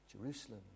Jerusalem